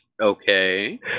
Okay